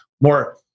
more